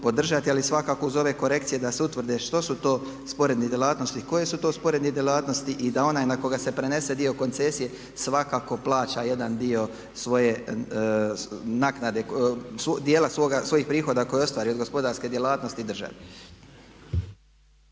ali svakako uz ove korekcije da se utvrdi što su to sporedne djelatnosti i koje su to sporedne djelatnosti i da onaj na koga se prenese dio koncesije svakako plaća jedan dio svoje naknade, dijela svojih prihoda koje ostvari od gospodarske djelatnosti državi.